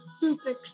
super